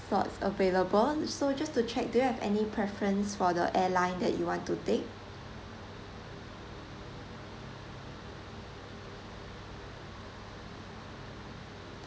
slots available so just to check do you have any preference for the airline that you want to take